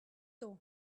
door